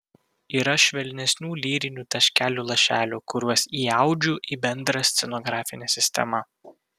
yra švelnesnių lyrinių taškelių lašelių kuriuos įaudžiu į bendrą scenografinę sistemą